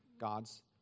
God's